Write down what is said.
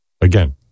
Again